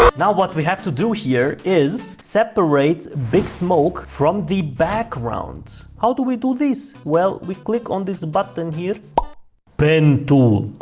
now what we have to do here is separate big smoke from the background. how do we do this? well, we click on this button here pop pen tool.